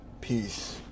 Peace